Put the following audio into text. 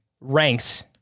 ranks